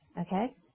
Okay